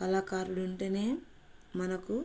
కళాకారులు ఉంటేనే మనకు